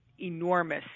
enormous